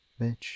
Bitch